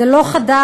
זה לא חדש.